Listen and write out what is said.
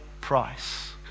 price